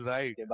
Right